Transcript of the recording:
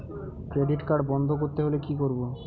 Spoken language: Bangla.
ক্রেডিট কার্ড বন্ধ করতে হলে কি করব?